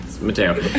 Mateo